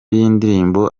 y’indirimbo